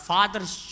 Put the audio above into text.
Father's